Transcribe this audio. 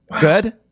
Good